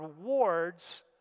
rewards